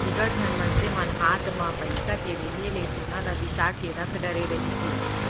बिकट झन मनसे मन हात म पइसा के रेहे ले सोना ल बिसा के रख डरे रहिथे